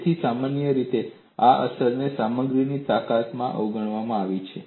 તેથી સામાન્ય રીતે આ અસરને સામગ્રીની તાકાતમાં અવગણવામાં આવે છે